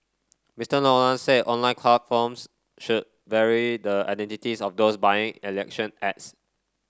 Mister Nolan said online platforms should very the identities of those buying election ads